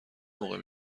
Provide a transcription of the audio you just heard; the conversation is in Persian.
موقع